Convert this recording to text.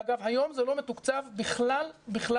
ואגב, היום זה לא מתוקצב בכלל בכלל.